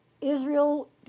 Israel